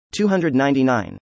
299